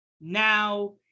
now